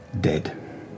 dead